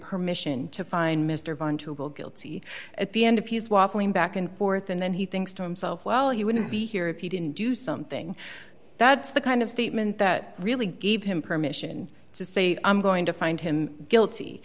permission to find mr von tobel guilty at the end of his waffling back and forth and then he thinks to himself well you wouldn't be here if you didn't do something that's the kind of statement that really gave him permission to say i'm going to find him guilty